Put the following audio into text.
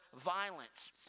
violence